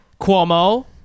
Cuomo